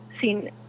seen